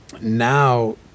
now